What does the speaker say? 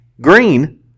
Green